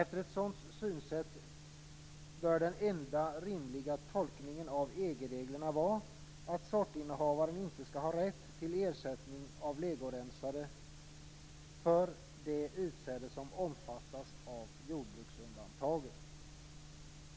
Med ett sådant synsätt bör den enda rimliga tolkningen av EG reglerna vara att sortinnehavaren inte skall ha rätt till ersättning av legorensare för det utsäde som omfattas av jordbruksundantaget.